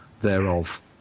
thereof